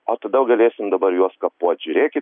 o tada jau galėsim dabar juos kapot žiūrėkit